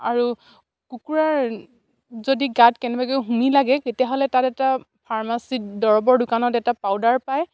আৰু কুকুৰাৰ যদি গাত কেনেবাকে লাগে তেতিয়াহ'লে তাত এটা ফাৰ্মাচিত দৰৱৰ দোকানত এটা পাউদাৰ পায়